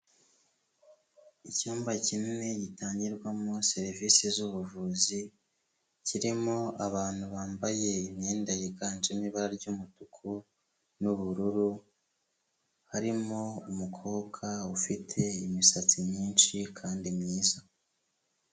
Icyumba kinini gitangirwamo serivisi z'ubuvuzi, kirimo abantu bambaye imyenda yiganjemo ibara ry'umutuku n'ubururu, harimo umukobwa ufite imisatsi myinshi kandi myiza.